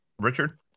Richard